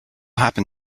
happen